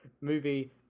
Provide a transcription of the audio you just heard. movie